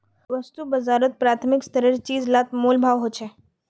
वास्तु बाजारोत प्राथमिक स्तरेर चीज़ लात मोल भाव होछे